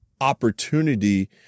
opportunity